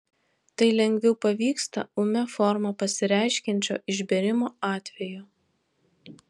tai lengviau pavyksta ūmia forma pasireiškiančio išbėrimo atveju